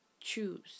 choose